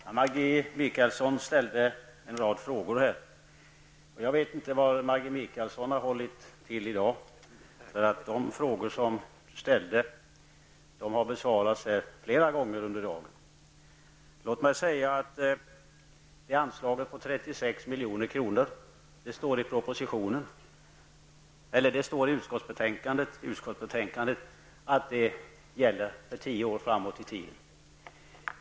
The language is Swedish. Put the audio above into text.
Herr talman! Maggi Mikaelsson har ställt en rad frågor till mig. Jag vet inte var hon har hållit till i dag, därför att dessa frågor har besvarats flera gånger under dagen. Det nämnda anslaget på 36 milj.kr. gäller tio år framåt i tiden. Det står också i utskottsbetänkandet.